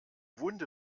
wunde